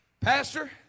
Pastor